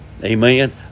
Amen